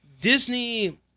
Disney